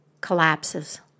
collapses